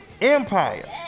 Empire